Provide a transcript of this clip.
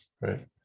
right